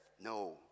No